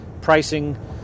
pricing